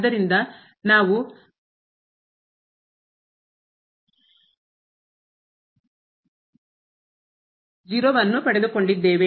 ಆದ್ದರಿಂದ ನಾವು 0 ಅನ್ನು ಪಡೆದುಕೊಂಡಿದ್ದೇವೆ